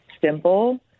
simple